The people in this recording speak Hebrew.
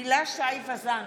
הילה שי וזאן,